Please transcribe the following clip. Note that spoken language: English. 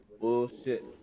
bullshit